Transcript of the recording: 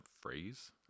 phrase